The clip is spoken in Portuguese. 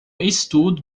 estudo